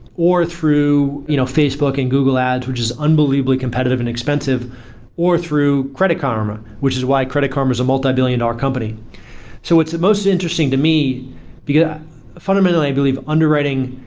or through you know facebook and google ads, which is unbelievably competitive and expensive or through credit karma, which is why credit karma is a multi-billion dollar company so it's most interesting to me because fundamentally i believe underwriting,